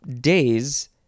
days